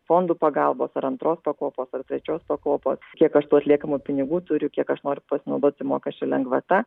fondų pagalbos ar antros pakopos ar trečios pakopos kiek aš tų atliekamų pinigų turiu kiek aš noriu pasinaudoti mokesčių lengvata